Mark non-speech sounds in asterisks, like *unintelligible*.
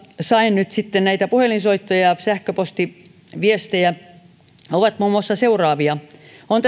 sain viestejä facebookissa puhelinsoittoja ja sähköpostiviestejä ovat muun muassa seuraavia nettikiusaamista on *unintelligible*